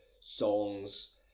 songs